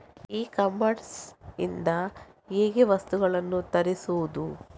E commerce ಇಂದ ಹೇಗೆ ವಸ್ತುಗಳನ್ನು ತರಿಸುವುದು?